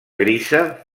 grisa